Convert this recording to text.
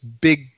big